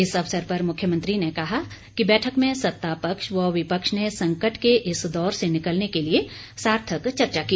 इस अवसर पर मुख्यमंत्री ने कहा कि बैठक में सत्ता पक्ष व विपक्ष ने संकट के इस दौर से निकलने के लिए सार्थक चर्चा की